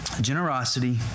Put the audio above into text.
Generosity